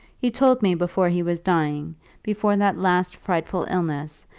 he told me before he was dying before that last frightful illness,